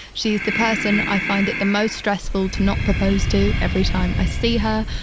she is the person i find it the most stressful to not propose to every time i see her.